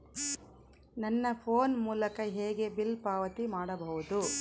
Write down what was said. ನನ್ನ ಫೋನ್ ಮೂಲಕ ಹೇಗೆ ಬಿಲ್ ಪಾವತಿ ಮಾಡಬಹುದು?